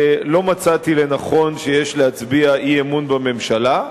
לא מצאתי לנכון שיש להצביע אי-אמון בממשלה.